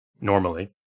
normally